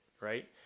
right